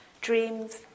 dreams